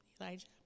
Elijah